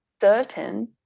certain